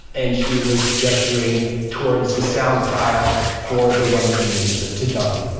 and she was gesturing towards the sound file for the one that we use, the ta-dum